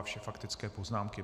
Vše faktické poznámky.